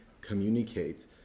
communicate